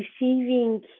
receiving